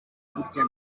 kurya